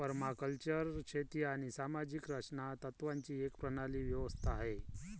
permaculture शेती आणि सामाजिक रचना तत्त्वांची एक प्रणाली व्यवस्था आहे